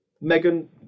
Megan